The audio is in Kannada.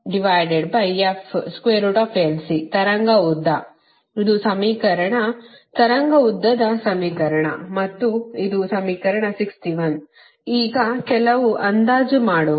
ಈಗ ತರಂಗ ಉದ್ದ ಈ ಸಮೀಕರಣ ಇದು ತರಂಗ ಉದ್ದದ ಸಮೀಕರಣ ಮತ್ತು ಇದು ಸಮೀಕರಣ 61 ಈಗ ಕೆಲವು ಅಂದಾಜು ಮಾಡುವ